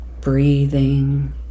breathing